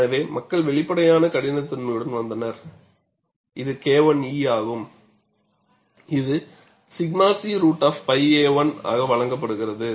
எனவே மக்கள் வெளிப்படையான கடினத்தன்மையுடன் வந்தனர் இது K1e ஆகும் இது 𝛔 c √𝝿a1 ஆக வழங்க ப்படுகிறது